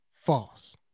false